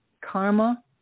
karma